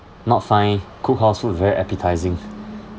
not find cookhouse food very appetizing